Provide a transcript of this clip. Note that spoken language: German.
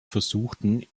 versuchten